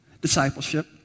discipleship